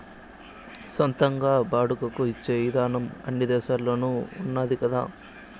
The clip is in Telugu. సొంతంగా బాడుగకు ఇచ్చే ఇదానం అన్ని దేశాల్లోనూ ఉన్నాది కదా